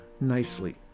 nicely